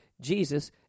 Jesus